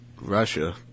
Russia